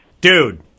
dude